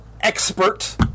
expert